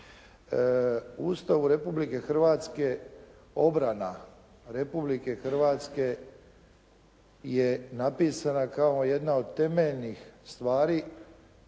obrana Republike Hrvatske je napisana kao jedna od temeljnih stvari,